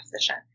position